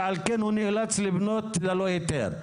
ועל כן הוא נאלץ לבנות ללא היתר.